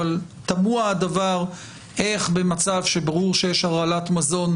אבל תמוה הדבר איך במצב שברור שיש הרעלת מזון,